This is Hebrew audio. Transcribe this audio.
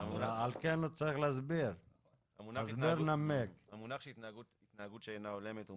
צריך להגביל את אותה חברה